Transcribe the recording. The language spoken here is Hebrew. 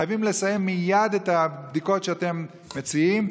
חייבים לסיים מייד את הבדיקות שאתם מציעים,